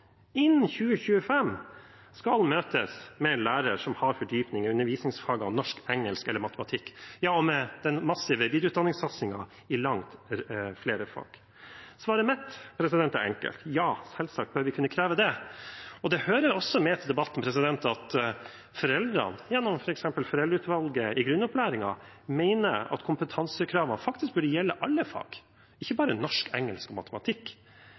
innen 2025 skal møtes med en lærer som har fordypning i undervisningsfagene norsk, engelsk eller matematikk, med den massive videreutdanningssatsingen i langt flere fag? Svaret mitt er enkelt: Ja, selvsagt bør vi kunne kreve det. Det hører også med til debatten at foreldrene, gjennom f.eks. Foreldreutvalget for grunnopplæringen, mener at kompetansekravene faktisk burde gjelde alle fag, ikke bare norsk, engelsk og matematikk.